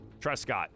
Trescott